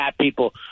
people